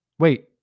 Wait